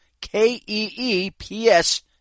K-E-E-P-S